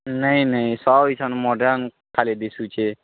ନେଇ ନେଇ ସବ ଇଛନ୍ ମଡ଼ନ ଖାଲି ଦିସୁଛେ